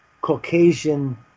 Caucasian